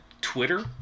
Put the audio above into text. Twitter